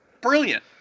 Brilliant